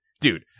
dude